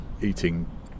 eating